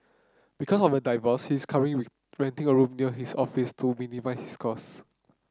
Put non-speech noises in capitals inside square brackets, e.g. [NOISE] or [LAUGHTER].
because of the divorce his current [UNINTELLIGIBLE] renting a room near his office to minimize his cost